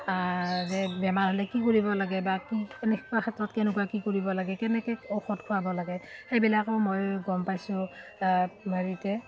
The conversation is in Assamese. যে বেমাৰ হ'লে কি কৰিব লাগে বা কি কেনেকুৱা ক্ষেত্ৰত কেনেকুৱা কি কৰিব লাগে কেনেকৈ ঔষধ খোৱাব লাগে সেইবিলাকো মই গম পাইছোঁ হেৰিতে